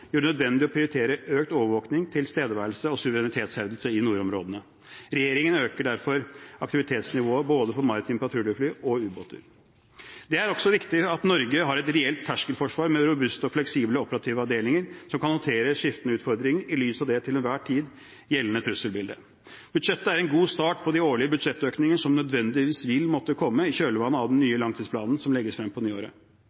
gjør det nødvendig å prioritere økt overvåkning, tilstedeværelse og suverenitetshevdelse i nordområdene. Regjeringen øker derfor aktivitetsnivået for både maritime patruljefly og ubåter. Det er også viktig at Norge har et reelt terskelforsvar med robuste og fleksible operative avdelinger som kan håndtere skiftende utfordringer i lys av det til enhver tid gjeldende trusselbildet. Budsjettet er en god start på de årlige budsjettøkninger som nødvendigvis vil måtte komme i kjølvannet av den nye langtidsplanen som legges frem på nyåret.